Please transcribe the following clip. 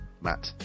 Matt